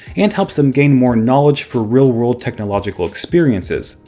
and helps them gain more knowledge for real-world technological experiences.